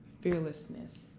fearlessness